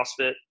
CrossFit